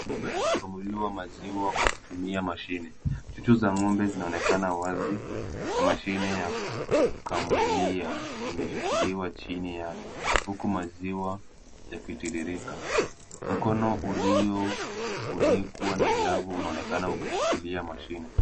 Ng'ombe anakamuliwa maziwa kwa kutumia mashine. Chuchu za ng'ombe zinaonekana wazi na mashine ya kukamulia imeshikiliwa chini yake huku maziwa yakitiririka. Mkono uliofunikwa na glavu unaonekana ukishikilia mashine.